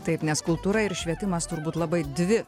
taip nes kultūra ir švietimas turbūt labai dvi